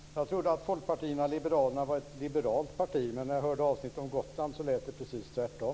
Fru talman! Jag trodde att Folkpartiet liberalerna var ett liberalt parti, men när jag hörde avsnittet om Gotland lät det precis tvärtom.